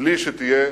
בלי שתהיה